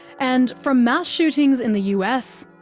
and from mass shootings in the us,